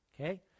okay